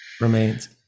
remains